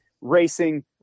racing